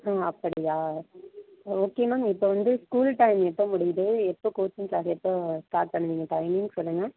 ஆ அப்படியா okay ma'am இப்போ வந்து ஸ்கூல் டைம் எப்போ முடியுது எப்போ கோச்சிங் க்ளாஸ் எப்போ ஸ்டார்ட் பண்ணுவீங்க டைமிங் சொல்லுங்கள்